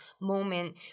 moment